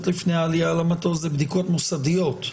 לפני העלייה למטוס זה בדיקות מוסדיות?